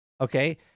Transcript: Okay